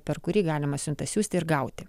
per kurį galima siuntą siųsti ir gauti